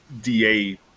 DA